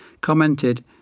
commented